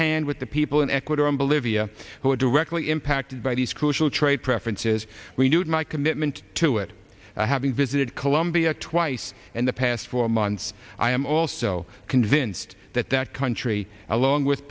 hand with the people in ecuador and bolivia who are directly impacted by these crucial trade preferences renewed my commitment to it having visited colombia twice in the past four months i am also convinced that that country along with